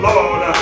Lord